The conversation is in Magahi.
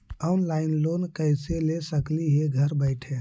ऑनलाइन लोन कैसे ले सकली हे घर बैठे?